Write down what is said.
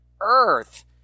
earth